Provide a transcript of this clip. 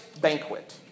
banquet